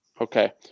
Okay